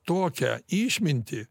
tokią išmintį